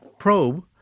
probe